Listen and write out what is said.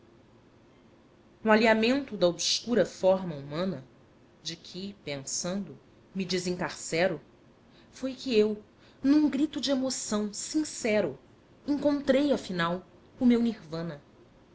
no alheamento da obscura forma humana de que pensando me desencarcero foi que eu num grito de emoção sincero encontrei afinal o meu nirvana